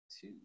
two